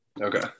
Okay